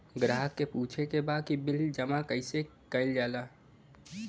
ग्राहक के पूछे के बा की बिल जमा कैसे कईल जाला?